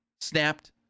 snapped